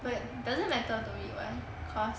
but doesn't matter to me [what] cause